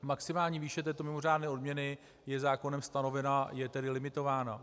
Maximální výše této mimořádné odměny je zákonem stanovená, je tedy limitovaná.